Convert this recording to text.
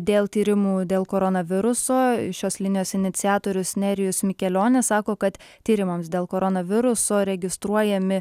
dėl tyrimų dėl koronaviruso šios linijos iniciatorius nerijus mikelionis sako kad tyrimams dėl koronaviruso registruojami